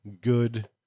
good